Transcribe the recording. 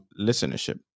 listenership